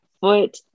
foot